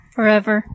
Forever